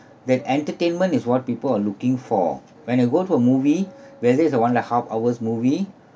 that entertainment is what people are looking for when you go for movie where there's a one and a half hours movie